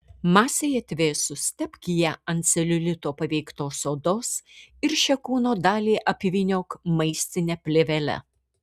masei atvėsus tepk ją ant celiulito paveiktos odos ir šią kūno dalį apvyniok maistine plėvele